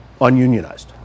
ununionized